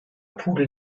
pudel